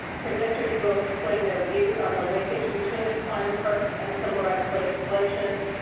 presenters will explain their views on the linkage between employment burst and civil rights legislation,